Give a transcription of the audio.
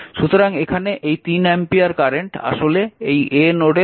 সুতরাং এখানে এই 3 অ্যাম্পিয়ার কারেন্ট আসলে এই a নোডে প্রবেশ করছে